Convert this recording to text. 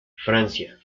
francia